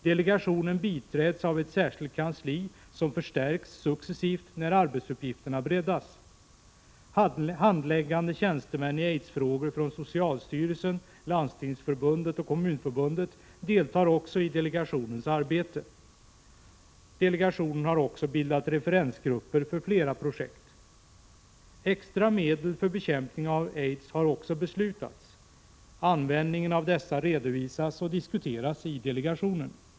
Delegationen biträds av ett särskilt kansli, som förstärks successivt när arbetsuppgifterna breddas. Handläggande tjänstemän i aidsfrågor från socialstyrelsen, Landstingsförbundet och Kommunförbundet deltar i delegationens arbete. Delegationen har också bildat referensgrupper för flera projekt. Extra medel för bekämpningen av aids har även beslutats. Användningen av dessa redovisas och diskuteras i delegationen.